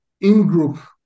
in-group